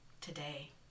today